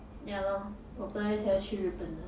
ya lor 我本来想要去日本的